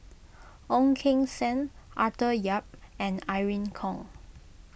Ong Keng Sen Arthur Yap and Irene Khong